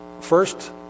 first